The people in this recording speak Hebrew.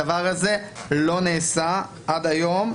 הדבר הזה לא נעשה עד היום.